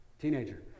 teenager